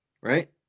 right